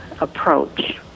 approach